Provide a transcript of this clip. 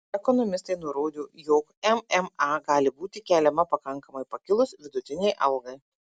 ekonomistai nurodo jog mma gali būti keliama pakankamai pakilus vidutinei algai